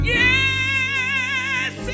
yes